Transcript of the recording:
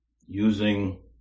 using